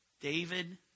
David